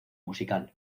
musical